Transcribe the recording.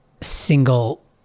single